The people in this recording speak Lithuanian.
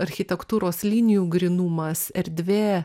architektūros linijų grynumas erdvė